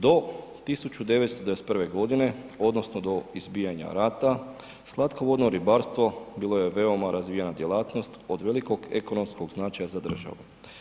Do 1991. godine, odnosno do izbijanja rata slatkovodno ribarstvo bilo je veoma razvijena djelatnost od velikog ekonomskog značaja za državu.